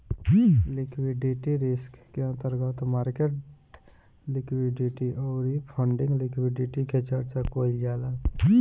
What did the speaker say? liquidity risk के अंतर्गत market liquidity अउरी फंडिंग लिक्विडिटी के चर्चा कईल जाला